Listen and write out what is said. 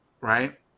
right